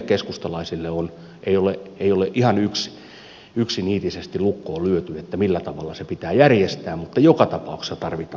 se meille keskustalaisille ei ole ihan yksiniitisesti lukkoon lyöty millä tavalla se pitää järjestää mutta joka tapauksessa tarvitaan yhteistyötä